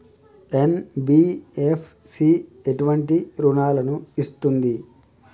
NBFC ఎటువంటి రుణాలను ఇస్తుంది?